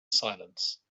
silence